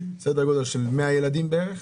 של 100 ילדים בערך,